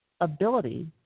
ability